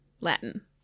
Latin